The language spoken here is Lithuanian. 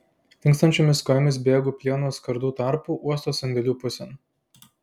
linkstančiomis kojomis bėgu plieno skardų tarpu uosto sandėlių pusėn